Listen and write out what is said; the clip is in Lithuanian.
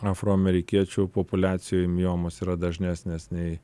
afroamerikiečių populiacijoj miomos yra dažnesnės nei